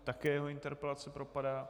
Také jeho interpelace propadá.